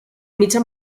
mitja